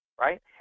right